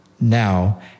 Now